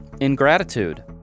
ingratitude